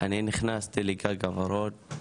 אני נכנסתי ל"גג הוורוד"